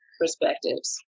perspectives